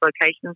locations